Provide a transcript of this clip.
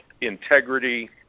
integrity